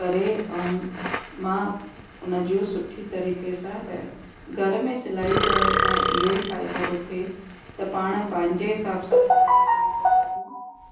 करे ऐं मां उन जो सुठी तरीक़े सां करे घर में सिलाई करण सां इहो ई फ़ाइदो थो थिए त पाण पंहिंजे हिसाब सां सिलाई करे था सघूं